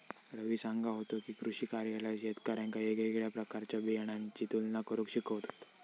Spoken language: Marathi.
रवी सांगा होतो की, कृषी कार्यालयात शेतकऱ्यांका येगयेगळ्या प्रकारच्या बियाणांची तुलना करुक शिकवतत